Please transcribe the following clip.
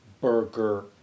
Burger